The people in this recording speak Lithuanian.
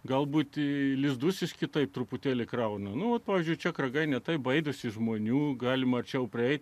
galbūt į lizdus kitaip truputėlį krauna nu vat pavyzdžiui čia ragai ne taip baidosi žmonių galima arčiau prieiti